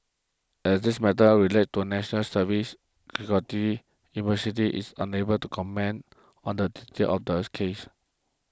as this matter are relates to national university is unable to comment on the details of the case